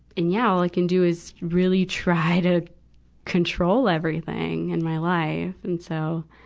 and yeah, all i can do is really try to control everything in my life. and so,